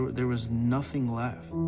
there was nothing left.